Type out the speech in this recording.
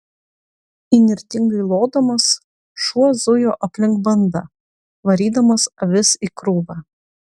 įnirtingai lodamas šuo zujo aplink bandą varydamas avis į krūvą